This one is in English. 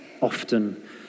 often